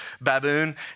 baboon